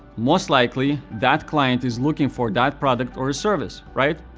most likely, that client is looking for that product or service, right?